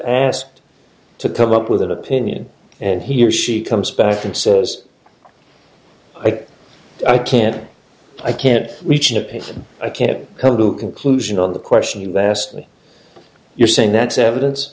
asked to come up with an opinion and he or she comes back and says i i can't i can't reach an opinion i can't come to conclusion on the question they asked me you're saying that's evidence